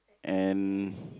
and